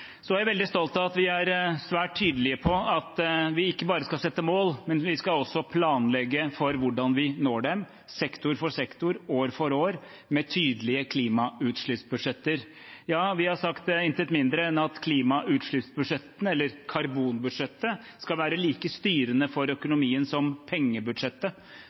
Så er jeg veldig stolt av at vi er svært tydelige på at vi ikke bare skal sette mål, men vi skal også planlegge for hvordan vi når dem, sektor for sektor, år for år, med tydelige klimautslippsbudsjetter. Ja, vi har sagt intet mindre enn at klimautslippsbudsjettet, eller karbonbudsjettet, skal være like styrende for økonomien som pengebudsjettet,